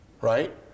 right